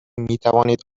میتوانید